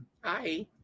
Hi